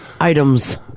Items